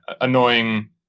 annoying